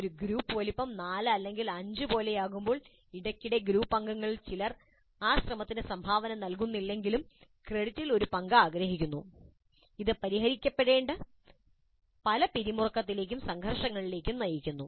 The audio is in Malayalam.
ഒരു ഗ്രൂപ്പ് വലുപ്പം 4 അല്ലെങ്കിൽ 5 പോലെയാകുമ്പോൾ ഇടയ്ക്കിടെ ഗ്രൂപ്പ് അംഗങ്ങളിൽ ചിലർ ഈ ശ്രമത്തിന് സംഭാവന നൽകുന്നില്ലെങ്കിലും ക്രെഡിറ്റിൽ ഒരു പങ്ക് ആഗ്രഹിക്കുന്നു ഇത് പരിഹരിക്കേണ്ട ചില പിരിമുറുക്കങ്ങളിലേക്കും സംഘർഷങ്ങളിലേക്കും നയിക്കുന്നു